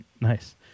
Nice